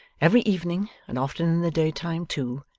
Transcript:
every evening, and often in the day-time too,